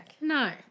No